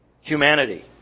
humanity